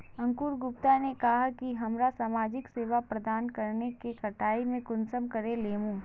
अंकूर गुप्ता ने कहाँ की हमरा समाजिक सेवा प्रदान करने के कटाई में कुंसम करे लेमु?